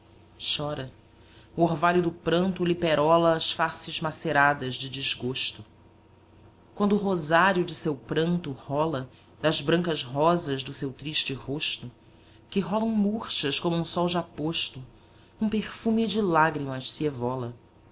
chora o orvalho do pranto lhe perola as faces maceradas de desgosto quando o rosário de seu pranto rola das brancas rosas do seu triste rosto que rolam murchas como um sol já posto um perfume de lágrimas se evola